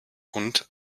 und